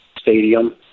Stadium